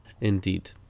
Indeed